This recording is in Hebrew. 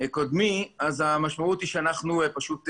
אורן אז המשמעות היא שאנחנו פשוט נקרוס.